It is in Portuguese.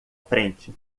frente